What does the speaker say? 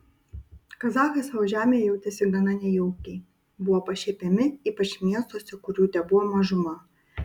kazachai savo žemėje jautėsi gana nejaukiai buvo pašiepiami ypač miestuose kur jų tebuvo mažuma